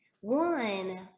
One